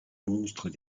monstres